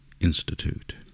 Institute